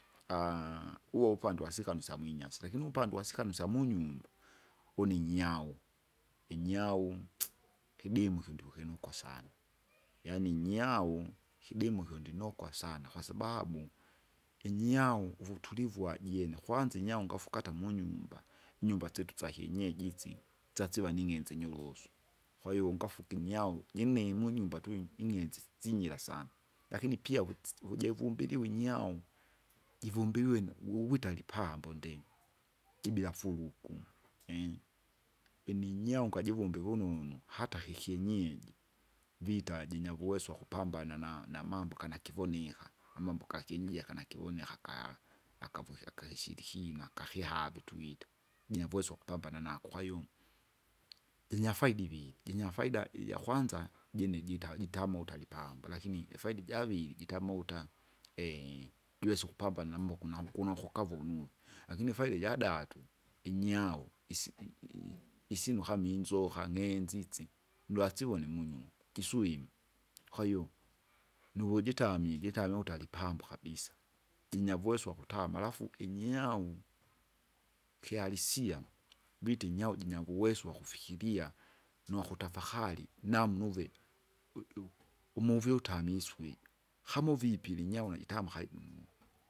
uwo upande wasikanu isyamwinyasi, lakini uvupande wasikanu isyamunyumba une inyau, inyau kigimu kyu ndikukinokwa sana. Yaani nyau kidimu kyo ndinokwa sana kwasababu, inyau uvutulivu wajiene, kwanza inyau ngafika hata munyumba, nyumba syitu sakienyeji itsi, tsasiva ning'enze nyurusu. Kwahiyo ungafuga inyau jini munyumba tuli ing'enzi sinyira sana, lakini pia uvutsi uvujevumbili uvunyau, jivumbiwini uwitari lipambo ndimi, jibea furuku, vene inyau ngajivumbe vununu hata kikienyeji, vita jinyavuweso wakupambana na- namambo ganakivonika, amambo gakienyeji akanakivoni akakaya, akavuke akaishirikina akakihavi tuita. Jinuweso wakupambana nako, kwahiyo, jinyafaida iviri; jinyafaida ijakwanza, jine jitamota alipambo lakini ifaida ijaviri jitamota, jiwesa ukupambana namauku nahuku naukukavu unune, lakini ifaisa ijadatu, inyau isi- i- i- isinu kama inzoka ng'enzisi, dwasivona munyumba, jiswime, kwahiyo, nuvujitamie jitamie ukuta alipambo kabisa. jinyavuweso wakutama alafu inyau, kiharisia, vita inyau jinyanguweso wakufikiria, nokutafakari namna uve, ui- u- umuvi utamiswe. kama uvipile inyau najitama.